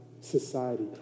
society